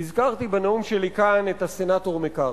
הזכרתי בנאום שלי כאן את הסנטור מקארתי,